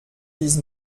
dix